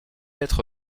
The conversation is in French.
être